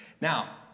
Now